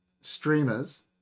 streamers